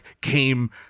came